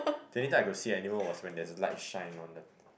the only time I could see animal was when there's a light shine on the